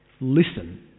listen